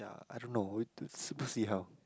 ya I don't know we we'll see how